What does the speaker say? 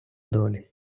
долі